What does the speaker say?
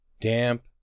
damp